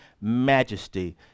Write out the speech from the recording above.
majesty